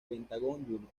pentagón